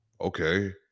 okay